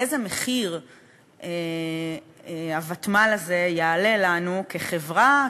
באיזה מחיר הוותמ"ל הזה יעלה לנו כחברה,